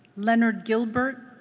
leonard gilbert?